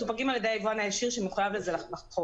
האחריות והריקול מסופקים על ידי היבואן הישיר שמחויב לזה בחוק.